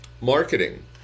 marketing